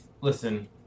listen